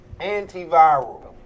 antiviral